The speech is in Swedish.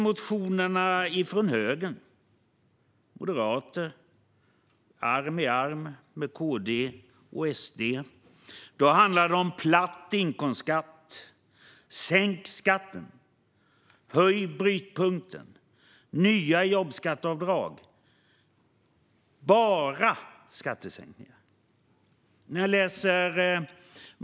Motioner från högern - moderater arm i arm med KD och SD - handlar om platt inkomstskatt, sänkt skatt, höjd brytpunkt och nya jobbskatteavdrag. Det är bara skattesänkningar.